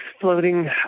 floating